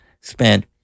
spent